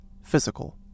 physical